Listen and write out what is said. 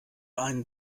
einen